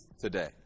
today